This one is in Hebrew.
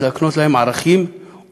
כדי להקנות להם ערכים ומסורת.